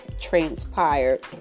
transpired